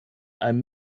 einem